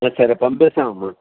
సరే పంపిస్తామమ్మ